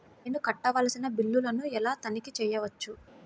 నేను కట్టవలసిన బిల్లులను ఎలా తనిఖీ చెయ్యవచ్చు?